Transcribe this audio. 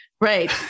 Right